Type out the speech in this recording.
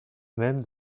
même